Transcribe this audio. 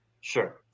Sure